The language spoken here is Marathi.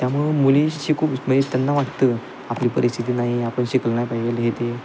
त्यामुळं मुली शिकू मये त्यांना वाटतं आपली परिस्थिती नाही आपण शिकलं नाही पाहिजेल हे ते